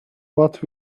what